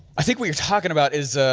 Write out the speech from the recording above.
i think what you're talking about is